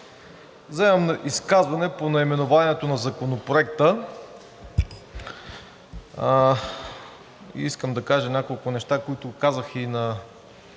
Вземам изказване по наименованието на Законопроекта и искам да кажа няколко неща, които казах и по